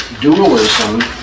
dualism